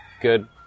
good